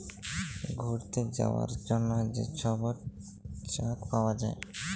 ঘ্যুইরতে যাউয়ার জ্যনহে যে ছব চ্যাক পাউয়া যায়